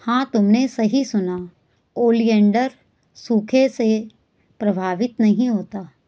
हां तुमने सही सुना, ओलिएंडर सूखे से प्रभावित नहीं होता